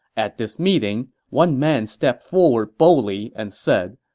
at this meeting, one man stepped forward boldly and said,